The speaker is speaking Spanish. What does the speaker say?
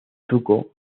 zuko